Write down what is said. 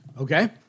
Okay